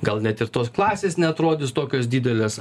gal net ir tos klasės neatrodys tokios didelės